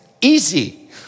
easy